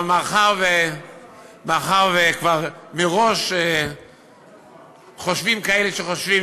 אבל מאחר שכבר מראש חושבים כאלה שחושבים